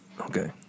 Okay